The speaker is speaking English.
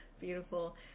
Beautiful